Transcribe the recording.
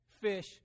fish